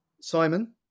Simon